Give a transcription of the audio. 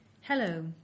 Hello